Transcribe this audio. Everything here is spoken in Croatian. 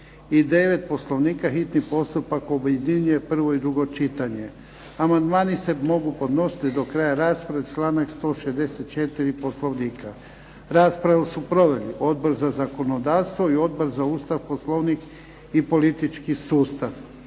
159. Poslovnika, hitni postupak objedinjuje prvo i drugo čitanje. Amandmani se mogu podnositi do kraja rasprave, članak 164. Poslovnika. Raspravu su proveli Odbor za zakonodavstvo i Odbor za Ustav, poslovnik i politički sustav.